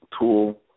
tool